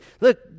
Look